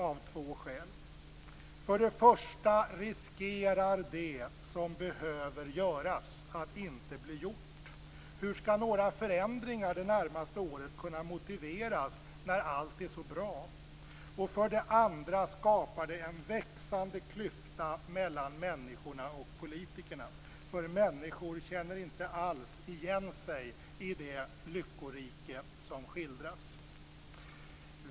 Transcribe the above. För det första riskerar det som behöver göras att inte bli gjort. Hur skall några förändringar under det närmaste året kunna motiveras när allt är så bra? För det andra skapar det en växande klyfta mellan människorna och politikerna, eftersom människor inte alls känner igen sig i det lyckorike som skildras.